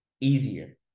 easier